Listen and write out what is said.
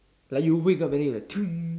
like you wake up then you're like